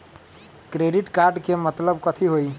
Credit card के मतलब कथी होई?